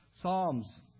Psalms